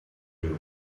you